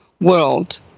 world